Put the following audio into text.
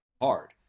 hard